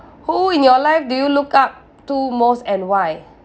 who in your life do you look up to most and why